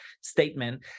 statement